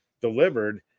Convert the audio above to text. delivered